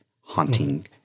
haunting